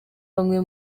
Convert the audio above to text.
bamwe